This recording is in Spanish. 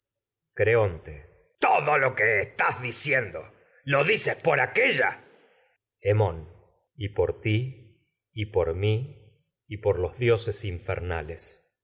creonte todo lo que estás diciendo lo dices por aquélla hemón nales y por ti y por mi y por los dioses